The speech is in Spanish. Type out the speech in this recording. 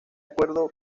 acuerdo